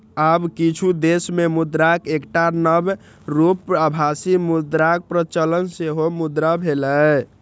आब किछु देश मे मुद्राक एकटा नव रूप आभासी मुद्राक प्रचलन सेहो शुरू भेलैए